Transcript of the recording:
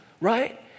right